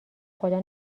خدا